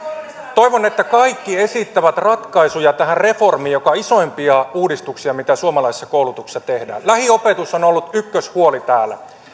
toivon että kaikki esittävät ratkaisuja tähän reformiin joka on isoimpia uudistuksia mitä suomalaisessa koulutuksessa tehdään lähiopetus on ollut ykköshuoli täällä